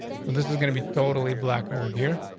and this is gonna be totally black old here.